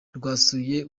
rwanzuye